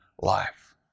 life